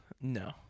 No